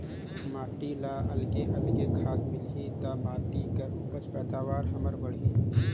माटी ल अलगे अलगे खाद मिलही त माटी कर उपज पैदावार हमर बड़ही